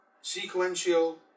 sequential